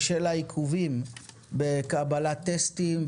בשל העיכובים בקבלת טסטים,